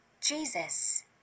Jesus